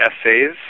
essays